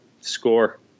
score